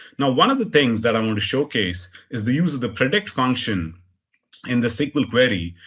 now one of the things that i want to showcase is the use of the predict function in the sql query,